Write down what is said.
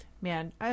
Man